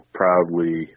proudly